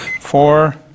four